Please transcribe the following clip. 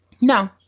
No